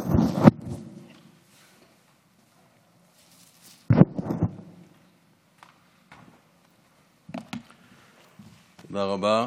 תודה רבה,